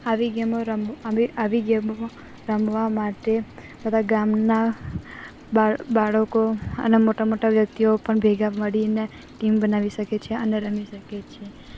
આવી ગેમો રમ આવી ગેમો રમવા માટે બધા ગામના બાળ બાળકો અને મોટા મોટા વ્યક્તિઓ પણ ભેગા મળીને ટીમ બનાવી શકે છે અને રમી શકે છે